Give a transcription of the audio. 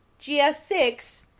GS6